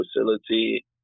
facility